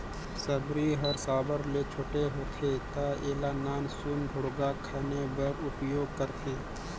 सबरी हर साबर ले छोटे होथे ता एला नान सुन ढोड़गा खने बर उपियोग करथे